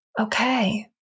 Okay